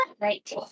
right